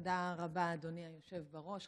תודה רבה, אדוני היושב בראש.